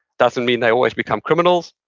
doesn't mean they always become criminals.